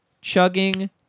chugging